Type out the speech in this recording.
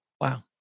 Wow